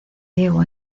diego